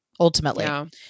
Ultimately